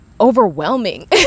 overwhelming